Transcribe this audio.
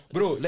Bro